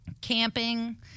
camping